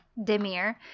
demir